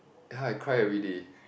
!huh! I cry every day